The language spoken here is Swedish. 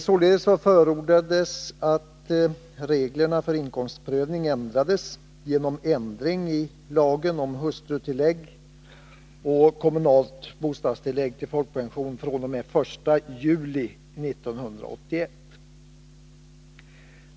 Således förordades att reglerna för inkomstprövning ändrades genom ändring i lagen om hustrutillägg och kommunalt bostadstillägg till folkpension fr.o.m. 1 juli 1981.